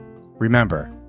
Remember